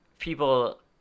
People